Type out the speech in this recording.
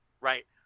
right